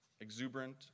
exuberant